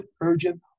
urgent